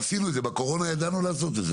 ועשינו את זה, בקורונה ידענו לעשות את זה.